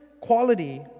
quality